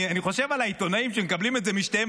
אני חושב על העיתונאים שמקבלים את זה משניהם